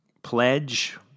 pledge